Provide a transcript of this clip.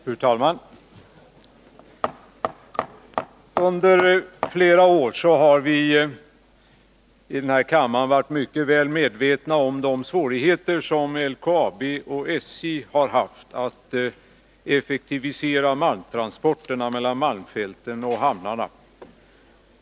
Fru talman! Under flera år har vi i denna kammare varit mycket väl medvetna om de svårigheter som LKAB och SJ har haft att effektivisera malmtransporterna mellan malmfälten och hamnarna.